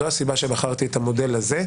זו הסיבה שבחרתי את המודל הזה.